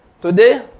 Today